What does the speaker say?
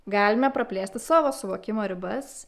galime praplėsti savo suvokimo ribas